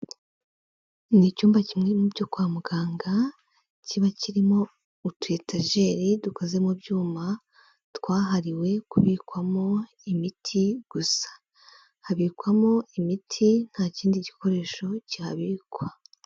Ni icyumba kimwe mu byo kwa muganga, kiba kirimo utu etajeri dukoze mu byuma twahariwe kubikwamo imiti gusa, habikwamo imiti, nta kindi gikoresho kihabikwa.